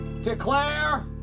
Declare